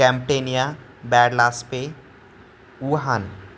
Campania बॅडलास्पे ऊहान